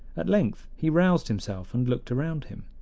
at length he roused himself and looked around him.